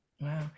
Wow